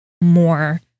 more